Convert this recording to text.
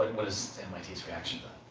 was mit's reaction then?